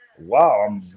Wow